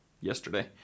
yesterday